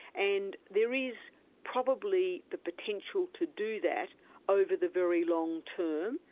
and there is probably the potential to do that over the very long term,